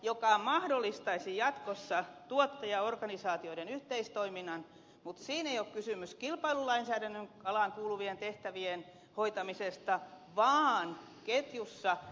se mahdollistaisi jatkossa tuottajaorganisaatioiden yhteistoiminnan mutta siinä ei ole kysymys kilpailulainsäädännön alaan kuuluvien tehtävien hoitamisesta vaan muun yhteistoiminnan tekemisestä ketjussa